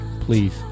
Please